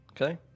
okay